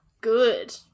good